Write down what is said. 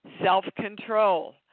Self-control